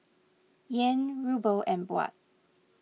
Yen Ruble and Baht